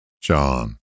John